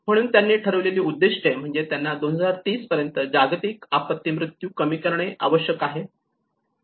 म्हणून त्यांनी ठरविलेली उद्दीष्टे म्हणजे त्यांना 2030 पर्यंत जागतिक आपत्ती मृत्यू कमी करणे आवश्यक आहे